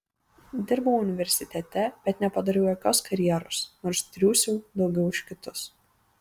dirbau universitete bet nepadariau jokios karjeros nors triūsiau daugiau už kitus